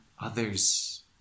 others